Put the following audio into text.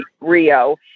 Rio